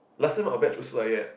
last time our batch also like that